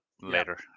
later